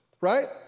Right